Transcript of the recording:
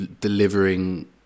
delivering